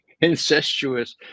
incestuous